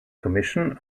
commission